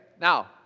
Now